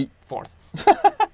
fourth